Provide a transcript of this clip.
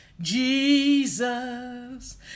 jesus